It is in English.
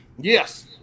Yes